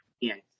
Yes